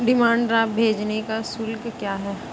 Demand draft भेजने का शुल्क क्या है?